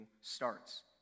starts